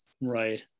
Right